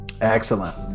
excellent